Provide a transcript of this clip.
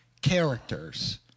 characters